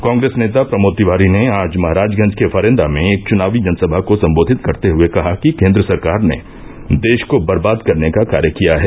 कॉग्रेस नेता प्रमोद तिवारी ने आज महराजगंज के फरेन्दा में एक चुनावी जनसभा को सम्बोधित करते हुये कहा कि केन्द्र सरकार ने देष को बर्बाद करने का कार्य किया है